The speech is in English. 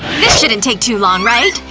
this shouldn't take too long, right?